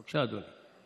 בבקשה, אדוני.